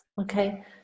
Okay